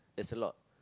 as a lot